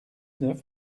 neuf